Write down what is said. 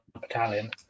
Battalion